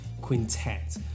quintet